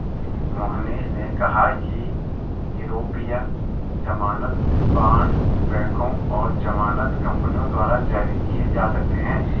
मोहनीश ने कहा कि यूरोपीय ज़मानत बॉण्ड बैंकों और ज़मानत कंपनियों द्वारा जारी किए जा सकते हैं